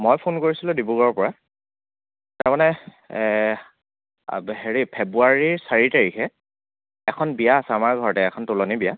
মই ফোন কৰিছিলোঁ ডিব্ৰুগড়ৰৰ পৰা তাৰমানে হেৰি ফেব্ৰুৱাৰী চাৰি তাৰিখে এখন বিয়া আছে আমাৰ ঘৰতে এখন তোলনি বিয়া